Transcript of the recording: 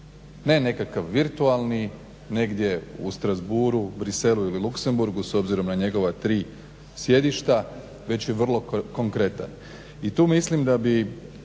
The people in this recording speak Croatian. Ne, nekakav virtualni, negdje u Strasbourgu, Bruxellesu ili Luxemburgu s obzirom na njegova sjedišta već je vrlo konkretan.